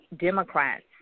Democrats